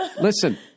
listen